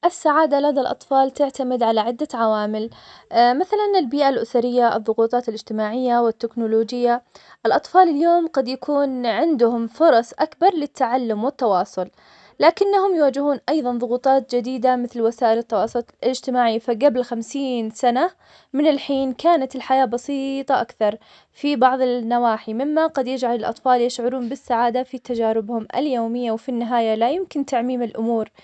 السعادة لدى الأطفال تعتمد على عدة عوامل, مثلاً البيئة الأسرية, الضغوطات الاجتماعية, والتكنولوجية, الأطفال اليوم قد يكون عندهم فرص أكبر للتعلم والتواصل, لكنهم يواجهون أيضاً ضغوطات جديدة, مثل, وسائل التواصل الإجتماعي, فقبل خمسين سنة من الحين كانت الحياة بسيطة أكثر, في بعض النواحي, مما قد يجعل الأطفال يشعرون بالسعادة في تجاربهم اليومية, وفي النهاية لا يمكن تعميم الأمور.